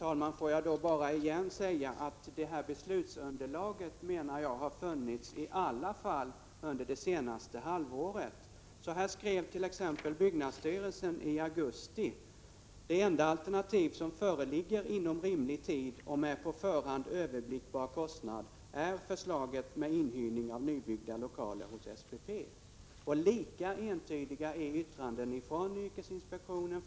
Sedan lång tid råder det en besvärande brist på läsplatser för de studerande vid Uppsala universitet. Det har nu öppnats en möjlighet att åtgärda denna brist genom att Uppsala kommun har visat sig villig att låta universitetet hyra det gamla stadsbibliotekets lokaler för att använda dessa till ett nytt kursläsningsbibliotek.